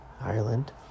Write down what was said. Ireland